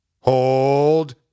hold